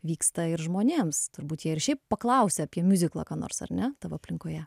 vyksta ir žmonėms turbūt jie ir šiaip paklausė apie miuziklą ką nors ar ne tavo aplinkoje